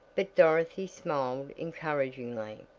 but dorothy smiled encouragingly,